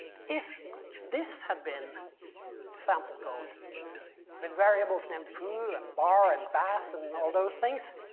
if this had been some to code with variables named foo and bar and baz and all those things,